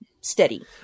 steady